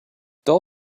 dull